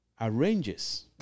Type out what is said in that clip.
arranges